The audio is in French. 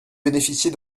bénéficier